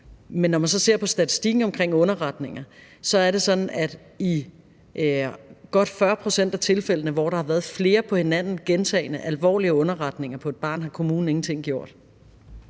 Men når man så ser på statistikken omkring underretninger, er det sådan, at godt 40 pct. af tilfældene, hvor der har været flere på hinanden gentagne alvorlige underretninger på et barn, har kommunen ingenting gjort.